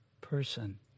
person